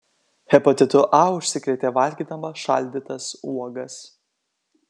hepatitu a užsikrėtė valgydama šaldytas uogas